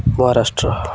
Maharashtra